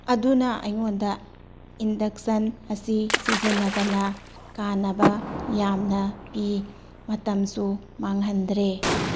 ꯑꯗꯨꯅ ꯑꯩꯉꯣꯟꯗ ꯏꯟꯗꯛꯁꯟ ꯑꯁꯤ ꯁꯤꯖꯤꯟꯅꯕꯅ ꯀꯥꯟꯅꯕ ꯌꯥꯝꯅ ꯄꯤ ꯃꯇꯝꯁꯨ ꯃꯥꯡꯍꯟꯗ꯭ꯔꯦ